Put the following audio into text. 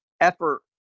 effort